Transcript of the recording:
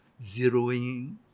zeroing